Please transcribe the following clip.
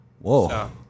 Whoa